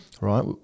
right